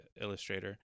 illustrator